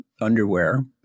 underwear